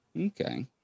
okay